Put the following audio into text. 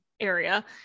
area